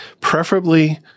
preferably